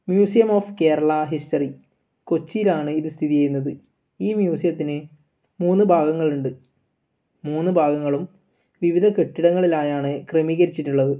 museum of Kerala history കൊച്ചിയിലാണ് ഇത് സ്ഥിതിചെയ്യുന്നത് ഈ മ്യൂസിയത്തിന് മൂന്ന് ഭാഗങ്ങളുണ്ട് മൂന്ന് ഭാഗങ്ങളും വിവിധ കെട്ടിടങ്ങളിലായാണ് ക്രമീകരിച്ചിട്ടുള്ളത്